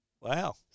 Wow